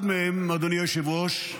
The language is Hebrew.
אחד מהם, אדוני היושב-ראש,